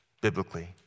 biblically